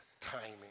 timing